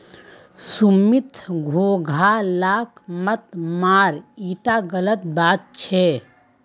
सुमित घोंघा लाक मत मार ईटा गलत बात छ